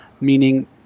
meaning